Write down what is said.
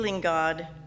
God